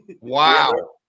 Wow